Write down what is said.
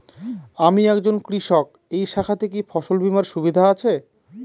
আমি একজন কৃষক এই শাখাতে কি ফসল বীমার সুবিধা আছে?